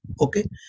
Okay